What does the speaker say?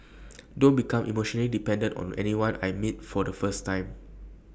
don't become emotionally dependent on anyone I meet for the first time